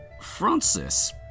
Francis